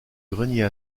grenier